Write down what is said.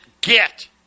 get